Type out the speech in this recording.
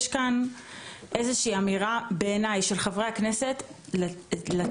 יש איזושהי אמירה של חברי הכנסת לגבי